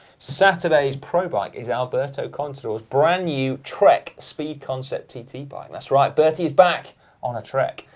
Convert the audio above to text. saturday's pro bike is alberto contador's brand new trek speed concept tt bike. that's right, bertie's back on a trek,